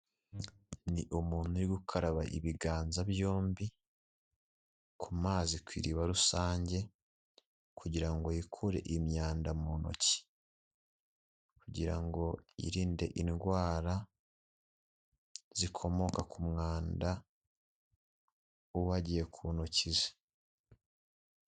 Ni umuntu uri gukaraba ibiganza byombi, ku mazi ku iriba rusange kugira ngo yikure imyanda mu ntoki kugira ngo yirinde indwara zikomoka ku mwanda, uba wagiye ku ntoki ze.